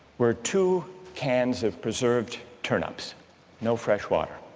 were two cans of preserved turnips no fresh water